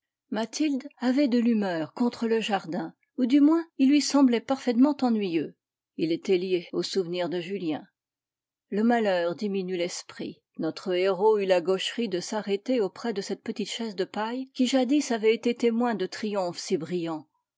mathilde avait de l'humeur contre le jardin ou du moins il lui semblait parfaitement ennuyeux il était lié au souvenir de julien le malheur diminue l'esprit notre héros eut la gaucherie de s'arrêter auprès de cette petite chaise de paille qui jadis avait été témoin de triomphes si brillants